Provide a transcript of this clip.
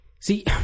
see